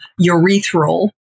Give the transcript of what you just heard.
urethral